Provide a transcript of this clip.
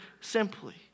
simply